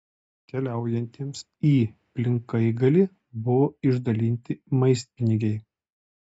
keliaujantiems į plinkaigalį buvo išdalinti maistpinigiai